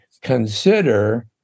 consider